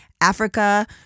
Africa